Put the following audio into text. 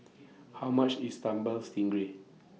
How much IS Sambal Stingray